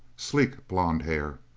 sleek blond hair.